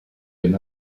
ben